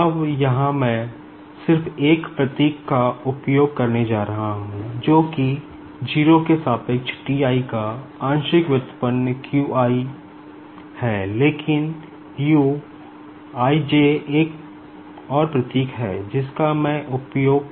अब यहाँ मैं सिर्फ एक और प्रतीक का उपयोग करने जा रहा हूँ जो कि 0 के सापेक्ष T i का आंशिक व्युत्पन्न q j है लेकिन U ij एक और प्रतीक है जिसका मैं उपयोग कर रहा हूं